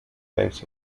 times